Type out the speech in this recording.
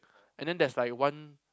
and then there's like one